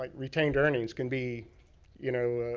like retained earnings can be you know